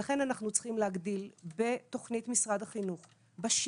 אז אני אחזור ואגיד שמשרד החינוך מבין יודע ורואה